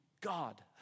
God